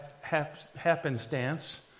happenstance